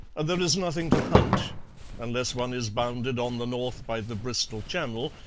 and there is nothing to hunt unless one is bounded on the north by the bristol channel,